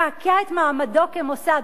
לקעקע את מעמדו כמוסד.